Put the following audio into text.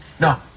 No